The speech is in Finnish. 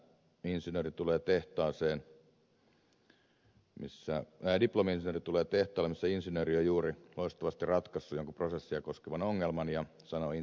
ensi talvi tulee tehty insinöörivitsi missä diplomi insinööri tulee tehtaalle missä insinööri on juuri loistavasti ratkaissut jonkun prosessia koskevan ongelman ja sanoo insinöörille